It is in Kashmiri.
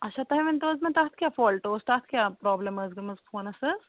اچھا تُہۍ ؤنۍ تَو حظ مےٚ تَتھ کیٛاہ فالٹہٕ اوس تَتھ کیٛاہ پرابلِم ٲسۍ گٔمٕژ فونَس حظ